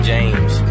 James